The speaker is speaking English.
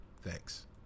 Thanks